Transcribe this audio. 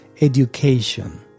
Education